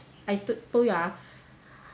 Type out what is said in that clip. I t~ told you ah